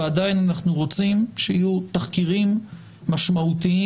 ועדיין אנחנו רוצים שיהיו תחקירים משמעותיים